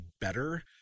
better